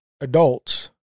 adults